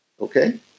Okay